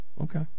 Okay